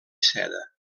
seda